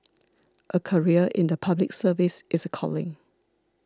a career in the Public Service is a calling